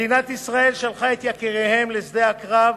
מדינת ישראל שלחה את יקיריהן לשדה הקרב,